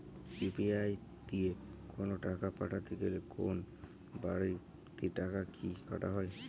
UPI দিয়ে কোন টাকা পাঠাতে গেলে কোন বারতি টাকা কি কাটা হয়?